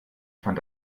fand